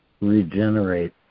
regenerate